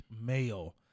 male